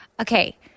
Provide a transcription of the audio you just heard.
Okay